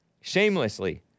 shamelessly